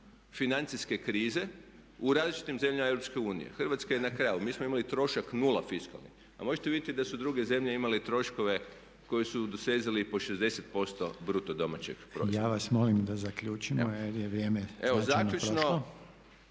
financijske krize u različitim zemljama EU. Hrvatska je na kraju, mi smo imali trošak 0 fiskalni, a možete vidjeti da su druge zemlje imale troškove koji su dosezali i po 60% BDP-a. **Reiner, Željko (HDZ)** Ja vas molim da zaključimo jer je vrijeme prošlo.